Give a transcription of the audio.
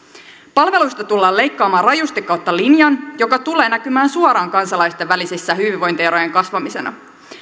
palveluista tullaan leikkaamaan rajusti kautta linjan mikä tulee näkymään suoraan kansalaisten välisten hyvinvointierojen kasvamisena